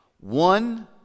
One